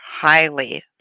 highly